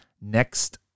next